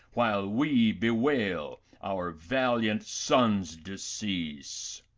while we bewail our valiant son's decease.